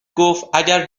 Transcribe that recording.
گفتاگر